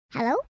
Hello